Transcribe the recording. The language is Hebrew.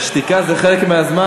שתיקה זה חלק מהזמן.